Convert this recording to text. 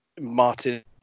martin